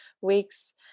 weeks